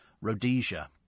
Rhodesia